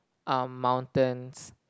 um mountains